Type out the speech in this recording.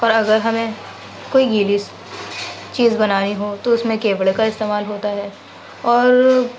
اور اگر ہمیں کوئی گیلی چیز بنانی ہو تو اس میں کیوڑے کا استعمال ہوتا ہے اور